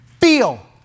Feel